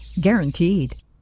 Guaranteed